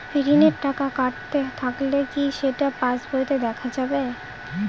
ঋণের টাকা কাটতে থাকলে কি সেটা পাসবইতে দেখা যাবে?